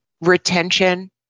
retention